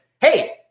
hey